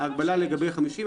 לא יעזור לך, בועז.